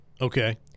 Okay